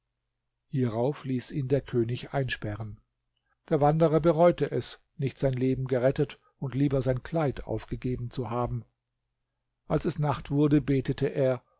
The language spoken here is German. hierauf ließ ihn der könig einsperren der wanderer bereute es nicht sein leben gerettet und lieber sein kleid aufgegeben zu haben als es nacht wurde betete er